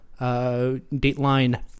dateline